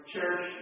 Church